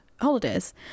holidays